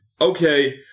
okay